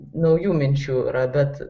naujų minčių yra bet